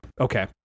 Okay